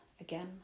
Again